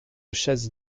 chaises